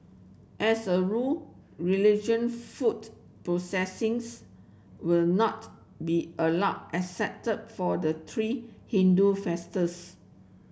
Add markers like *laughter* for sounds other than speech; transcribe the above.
as a rule religion foot processions will not be allowed except for the three Hindu *unintelligible*